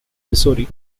missouri